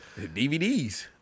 DVDs